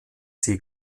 sie